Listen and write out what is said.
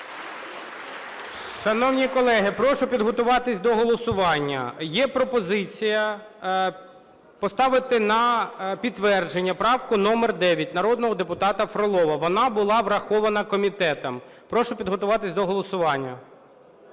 Шановні колеги, прошу підготуватись до голосування. Є пропозиція поставити на підтвердження правку номер 9 народного депутата Фролова, вона була врахована комітетом. Прошу підготуватись до голосування.